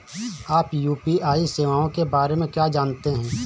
आप यू.पी.आई सेवाओं के बारे में क्या जानते हैं?